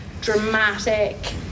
dramatic